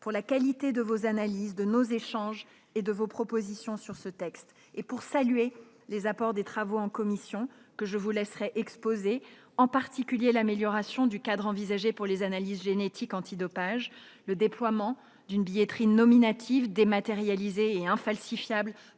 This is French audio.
pour la qualité de leurs analyses, de nos échanges et de leurs propositions sur ce texte. Je veux aussi saluer les apports des travaux en commission : j'ai en particulier à l'esprit l'amélioration du cadre envisagé pour les analyses génétiques antidopage, le déploiement d'une billetterie nominative, dématérialisée et infalsifiable